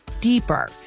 deeper